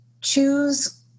choose